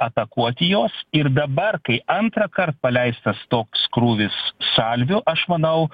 atakuoti jos ir dabar kai antrąkart paleistas toks krūvis salvių aš manau